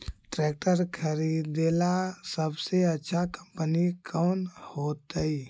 Tractor खरीदेला सबसे अच्छा कंपनी कौन होतई?